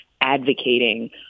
advocating